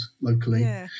locally